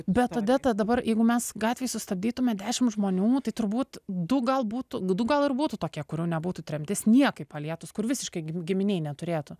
bet odeta dabar jeigu mes gatvėj sustabdytume dešimt žmonių tai turbūt du gal būtų nu du gal ir būtų tokie kurių nebūtų tremtis niekaip palietus kur visiškai gi giminėj neturėtų